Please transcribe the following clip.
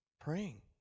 praying